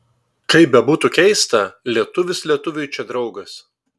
kaip bebūtų keista lietuvis lietuviui čia draugas